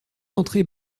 entrer